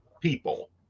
people